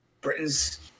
britain's